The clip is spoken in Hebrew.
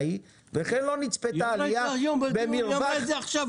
אני ב-2018 ישבתי פה עם